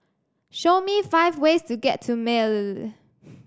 show me five ways to get to Male